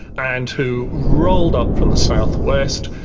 and who rolled up from the south-west,